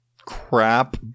crap